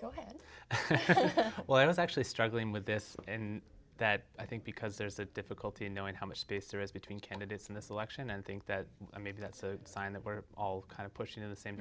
go ahead well i was actually struggling with this in that i think because there's a difficulty in knowing how much space there is between candidates in this election and think that maybe that's a sign that we're all kind of pushing in the same